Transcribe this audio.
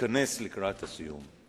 תתכנס לקראת הסיום.